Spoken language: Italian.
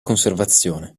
conservazione